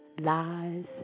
Lies